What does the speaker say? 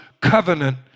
covenant